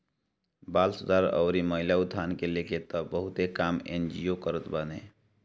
बाल सुधार अउरी महिला उत्थान के लेके तअ बहुते काम एन.जी.ओ करत बाने